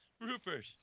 Rupert